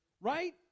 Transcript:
Right